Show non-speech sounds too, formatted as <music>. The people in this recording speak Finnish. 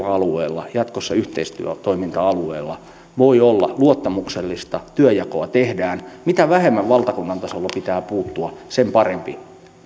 <unintelligible> alueella jatkossa yhteistoiminta alueella voi olla luottamuksellista ja työnjakoa tehdään mitä vähemmän valtakunnan tasolla pitää puuttua sen parempi